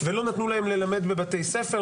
ולא נתנו להם ללמד בבתי ספר,